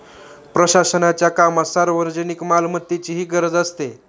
प्रशासनाच्या कामात सार्वजनिक मालमत्तेचीही गरज असते